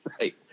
Right